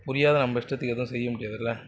புரியாத நம்ம இஷ்டத்துக்கு எதுவும் செய்ய முடியாதில்ல